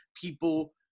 people